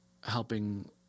helping